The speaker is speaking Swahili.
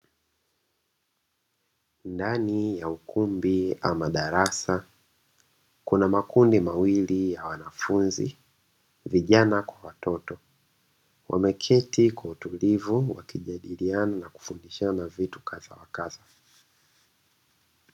Ndani ya ukumbi ama darasa kuna makundi mawili ya wanafunzi, vijana kwa watoto wameketi kwa utulivu wakijadiliana na kufundishana vitu kadha wa kadha.